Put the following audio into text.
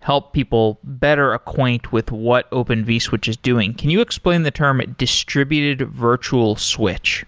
help people better acquaint with what open vswitch is doing. can you explain the term it distributed virtual switch?